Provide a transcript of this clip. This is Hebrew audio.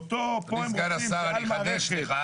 סגן השר, אני אחדש לך.